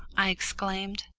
i exclaimed.